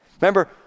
Remember